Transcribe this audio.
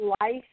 life